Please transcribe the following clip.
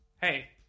Hey